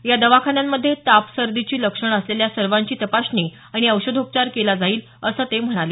या दवाखान्यांमध्ये ताप सर्दीची लक्षणं असलेल्या सर्वांची तपासणी आणि औषधोपचार केला जाईल असं ते म्हणाले